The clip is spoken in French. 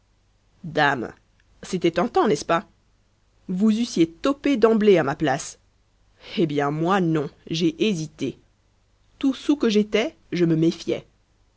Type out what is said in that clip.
dame c'était tentant n'est-ce pas vous eussiez topé d'emblée à ma place eh bien moi non j'ai hésité tout soûl que j'étais je me méfiais